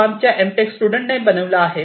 तो आमच्या M tech student ने बनविला आहे